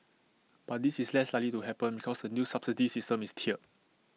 but this is less likely to happen because the new subsidy system is tiered